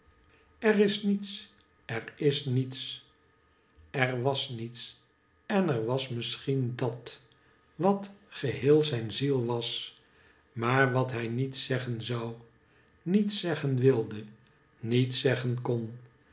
er is niets er is niets er was niets en er was misschien dat wat geheel zijn ziel was maar wat hij niet zeggen zou niet zeggen wilde niet zeggen kon